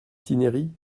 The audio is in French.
cinieri